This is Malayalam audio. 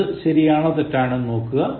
അത് ശരിയാണോ തെറ്റാണോ എന്ന് നോക്കുക